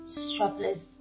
strapless